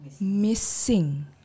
missing